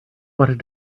wanted